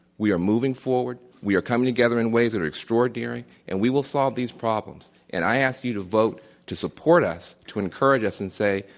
we are moving forward, we are coming together in ways that are extraordinary, and we will solve these problems. and i ask you to vote to support us, to encourage us and say,